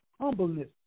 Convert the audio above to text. humbleness